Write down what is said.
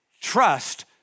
trust